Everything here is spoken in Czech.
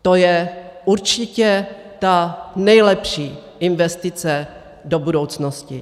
To je určitě ta nejlepší investice do budoucnosti.